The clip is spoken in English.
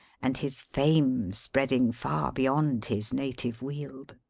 and his fame spreading far beyond his native weald.